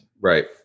Right